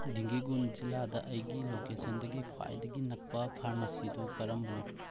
ꯗꯤꯡꯒꯤꯒꯨꯟ ꯖꯤꯜꯂꯥꯗ ꯑꯩꯒꯤ ꯂꯣꯀꯦꯁꯟꯗꯒꯤ ꯈ꯭ꯋꯥꯏꯗꯒꯤ ꯅꯛꯄ ꯐꯥꯔꯃꯥꯁꯤꯗꯨ ꯀꯔꯝꯕꯅꯣ